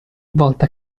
volta